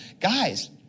Guys